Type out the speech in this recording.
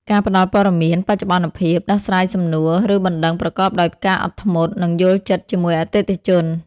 ការផ្តល់ព័ត៌មានបច្ចុប្បន្នភាព ដោះស្រាយសំណួរ ឬបណ្តឹងប្រកបដោយការអត់ធ្មត់ និងយល់ចិត្តជាមួយអតិថិជន។